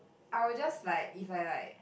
I will just like if I like